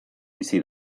bizi